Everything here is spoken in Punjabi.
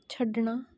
ਛੱਡਣਾ